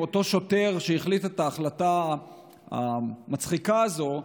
אותו שוטר שהחליט את ההחלטה המצחיקה הזאת,